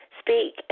speak